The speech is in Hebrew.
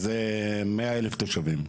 ביחד זה 100,000 תושבים.